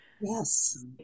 yes